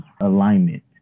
alignment